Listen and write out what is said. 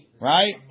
Right